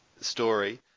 story